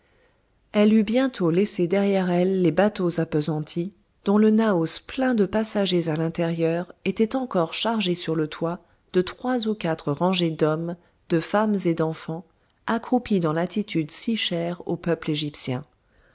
elle eut bientôt laissé derrière elle les bateaux appesantis dont le naos plein de passagers à l'intérieur était encore chargé sur le toit de trois ou quatre rangées d'hommes de femmes et d'enfants accroupis dans l'attitude si chère au peuple égyptien